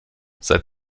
seit